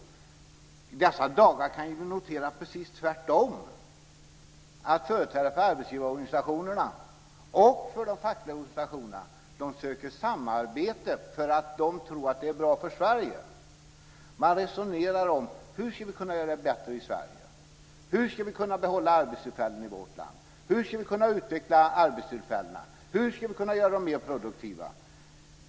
I dessa dagar kan vi notera att det är precis tvärtom, att företrädare för arbetsgivarorganisationerna och för de fackliga organisationerna söker samarbete därför att de tror att det är bra för Sverige. Man resonerar så här: Hur ska vi kunna göra det bättre för Sverige? Hur ska vi kunna behålla arbetstillfällena i vårt land? Hur ska vi kunna utveckla arbetena? Hur ska vi kunna göra dem mer produktiva?